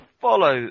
follow